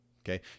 okay